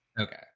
Okay